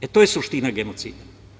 E, to je suština genocida.